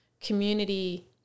community